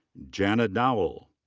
jana doyle.